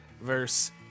verse